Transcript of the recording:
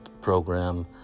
program